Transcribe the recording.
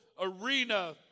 arena